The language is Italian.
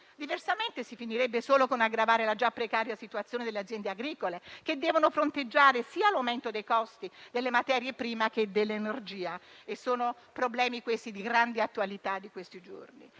Diversamente, si finirebbe solo con l'aggravare la già precaria situazione delle aziende agricole che devono fronteggiare l'aumento dei costi sia delle materie prime, che dell'energia. Questi sono problemi di grande attualità di questi giorni.